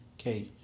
Okay